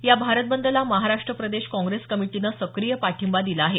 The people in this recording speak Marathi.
या भारत बंदला महाराष्ट्र प्रदेश काँग्रेस कमिटीनं सक्रीय पाठिंबा दिला आहे